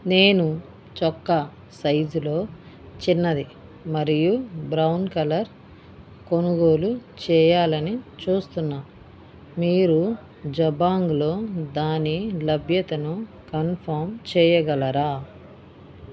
నేను చొక్కా సైజులో చిన్నది మరియు బ్రౌన్ కలర్ కొనుగోలు చేయాలని చూస్తున్నాను మీరు జబాంగ్లో దాని లభ్యతను కన్ఫార్మ్ చేయగలరా